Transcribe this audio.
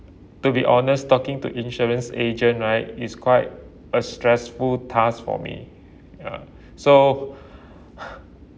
to be honest talking to insurance agent right is quite a stressful task for me so